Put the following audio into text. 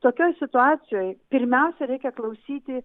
tokioj situacijoj pirmiausia reikia klausyti